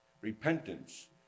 Repentance